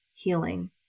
healing